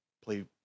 play